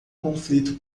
conflito